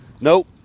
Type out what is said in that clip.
Nope